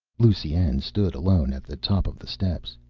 lusine stood alone at the top of the steps.